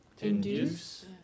Induce